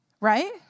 Right